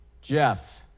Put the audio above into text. Jeff